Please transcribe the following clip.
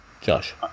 Josh